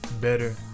better